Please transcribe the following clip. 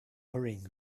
hurrying